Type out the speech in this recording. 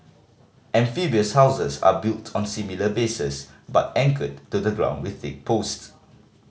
amphibious houses are built on similar bases but anchored to the ground with thick post